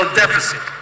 deficit